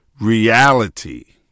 reality